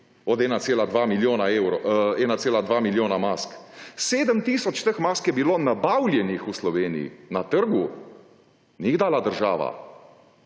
od 1,2 milijona mask. Sedem tisoč teh mask je bilo nabavljenih v Sloveniji, na trgu, ni jih dala država.